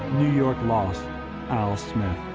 new york lost al smith.